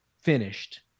finished